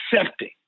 accepting